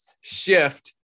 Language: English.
shift